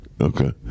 Okay